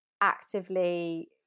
actively